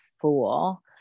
fool